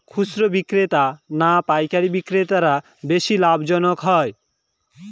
খুচরো বিক্রেতা না পাইকারী বিক্রেতারা বেশি লাভবান হয়?